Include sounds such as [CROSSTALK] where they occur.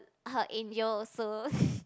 her angel also [LAUGHS]